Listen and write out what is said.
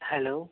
hello